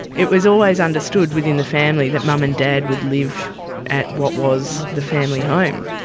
it was always understood within the family that mum and dad would live at what was the family home.